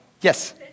Yes